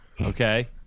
Okay